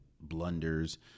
blunders